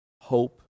hope